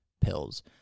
Pills